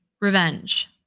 revenge